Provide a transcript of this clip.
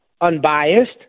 unbiased